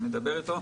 מדבר אתו.